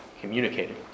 communicating